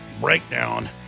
breakdown